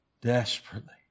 desperately